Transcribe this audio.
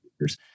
years